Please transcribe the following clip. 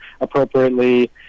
appropriately